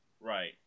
Right